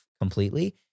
completely